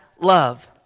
love